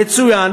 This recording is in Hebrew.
יצוין